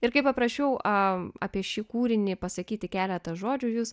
ir kai paprašiau a apie šį kūrinį pasakyti keletą žodžių jūs